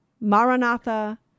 Maranatha